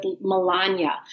Melania